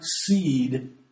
seed